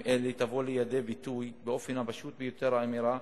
אלה תבוא לידי ביטוי באופן הפשוט ביותר האמרה: